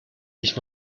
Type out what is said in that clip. ich